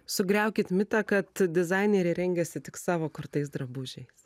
sugriaukit mitą kad dizaineriai rengiasi tik savo kurtais drabužiais